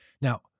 Now